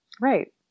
Right